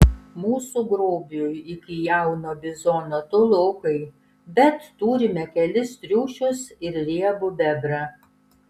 mūsų grobiui iki jauno bizono tolokai bet turime kelis triušius ir riebų bebrą